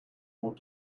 want